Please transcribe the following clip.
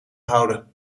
houden